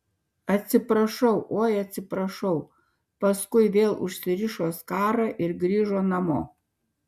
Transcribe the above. atsiprašau oi atsiprašau paskui vėl užsirišo skarą ir grįžo namo